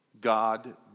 God